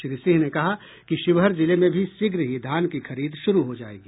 श्री सिंह ने कहा कि शिवहर जिले में भी शीघ्र ही धान की खरीद शुरू हो जाएगी